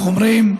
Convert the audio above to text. איך אומרים,